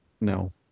No